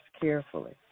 carefully